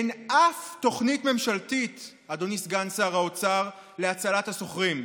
אין אף תוכנית ממשלתית להצלת השוכרים.